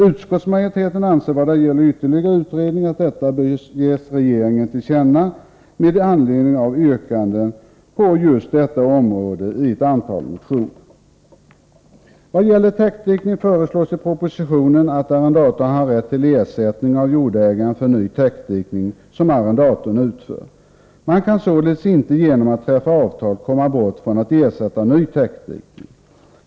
Vad det gäller ytterligare utredning anser utskottsmajoriteten att detta önskemål bör ges regeringen till känna med anledning av yrkanden på just detta område i ett antal motioner. Vad gäller täckdikning föreslås i propositionen att arrendatorn har rätt till ersättning av jordägare för ny täckdikning som arrendatorn utför. Man kan således inte genom att träffa avtal komma bort från förpliktelsen att ersätta ny täckdikning.